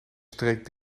streek